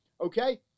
Okay